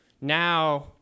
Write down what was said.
now